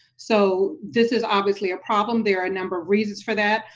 so this is obviously a problem. there are a number of reasons for that.